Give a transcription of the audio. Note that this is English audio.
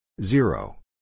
Zero